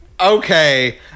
Okay